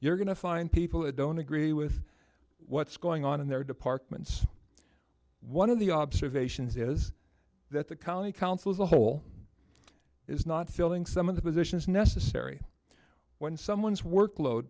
you're going to find people that don't agree with what's going on in their departments one of the observations is that the county council as a whole is not filling some of the positions necessary when someone's workload